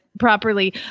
properly